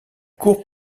cour